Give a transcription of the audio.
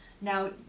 now